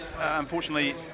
unfortunately